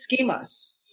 schemas